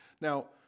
Now